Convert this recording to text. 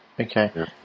Okay